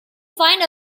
find